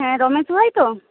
হ্যাঁ রমেশ